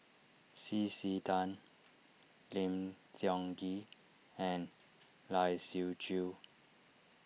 C C Tan Lim Tiong Ghee and Lai Siu Chiu